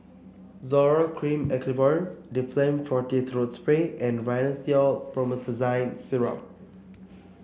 Zoral Cream Acyclovir Difflam Forte Throat Spray and Rhinathiol Promethazine Syrup